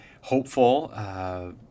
hopeful